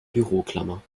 büroklammer